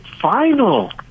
final